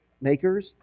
makers